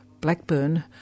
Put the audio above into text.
Blackburn